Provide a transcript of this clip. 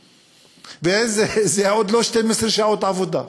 וזה עוד לא 12 שעות עבודה.